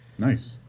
Nice